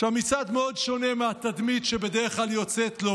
שהמצעד מאוד שונה מהתדמית שבדרך כלל יוצאת לו